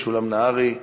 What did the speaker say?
משולם נהרי,